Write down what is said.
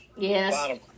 Yes